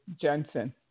Jensen